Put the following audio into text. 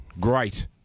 Great